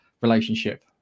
relationship